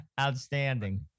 outstanding